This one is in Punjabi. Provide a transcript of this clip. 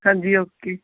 ਹਾਂਜੀ ਓਕੇ